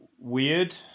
weird